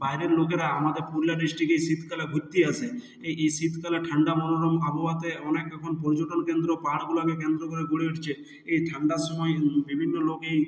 বাইরের লোকেরা আমাদের পুরুলিয়ার ডিস্ট্রিকে এই শীত কালে ঘুরতে আসে এই এই শীত কালে ঠান্ডা মনোরম আবহাওয়াতে অনেক এখন পর্যটন কেন্দ্র পাহাড়গুলোকে কেন্দ্র করে গড়ে উঠছে এই ঠান্ডার সময় বিভিন্ন লোকেই